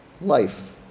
life